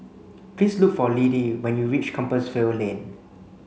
please look for Liddie when you reach Compassvale Lane